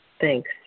Thanks